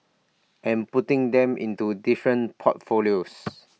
and putting them into different portfolios